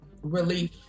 relief